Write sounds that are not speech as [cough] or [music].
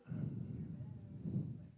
[breath]